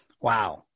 Wow